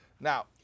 Now